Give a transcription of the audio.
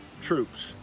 troops